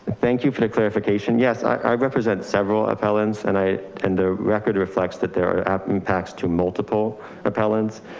thank you for the clarification. yes. i represent several appellants and i, and the record reflects that there are impacts to multiple appellants.